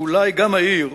אולי גם אעיר,